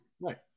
Right